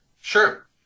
Sure